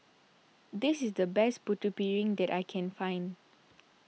this is the best Putu Piring that I can find